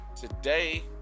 Today